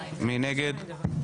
מי נגד?